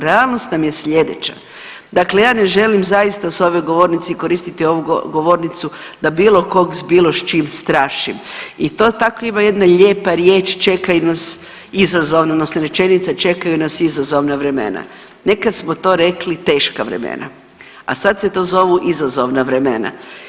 Realnost nam je slijedeća, dakle ja ne želim zaista s ove govornice, koristiti ovu govornicu da bilo kog s bilo s čim strašim i to tako ima jedna lijepa riječ čekaju nas izazovna odnosno rečenica čekaju nas izazovna vremena, nekad smo to rekli teška vremena, a sad se to zovu izazovna vremena.